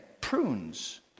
prunes